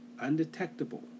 undetectable